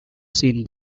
seen